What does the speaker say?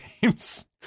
games